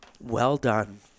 well-done